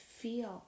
feel